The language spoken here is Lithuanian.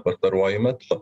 pastaruoju metu